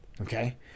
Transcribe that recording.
Okay